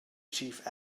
chief